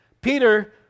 Peter